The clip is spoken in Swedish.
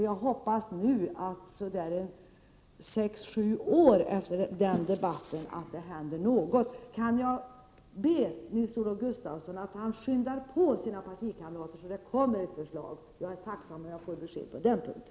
Jag hoppas att det nu, så där sex sju år efter den debatten, händer någonting. Kan jag be Nils-Olof Gustafsson att han skyndar på sina partikamrater så att det kommer ett förslag? Jag är tacksam om jag får ett besked på den punkten.